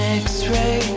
x-ray